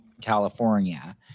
California